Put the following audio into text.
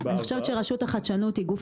--- אני חושבת שרשות החדשנות היא גוף